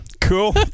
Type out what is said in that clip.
Cool